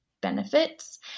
benefits